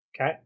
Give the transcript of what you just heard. Okay